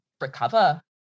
recover